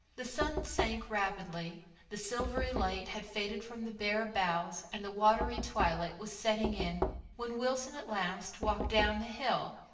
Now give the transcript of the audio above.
the sun sank rapidly the silvery light had faded from the bare boughs and the watery twilight was setting in when wilson at last walked down the hill,